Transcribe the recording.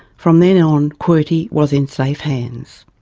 from then on qwerty was in safe hands.